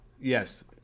Yes